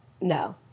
no